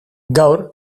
gaur